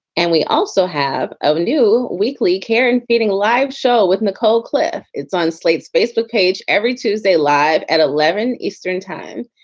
and we also have a new weekly care and feeding live show with nicole cliff. it's on slate's facebook page every tuesday, live at eleven zero eastern time.